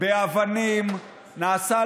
יותר אסור